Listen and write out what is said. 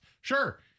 Sure